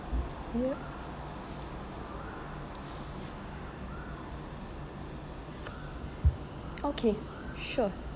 yup okay sure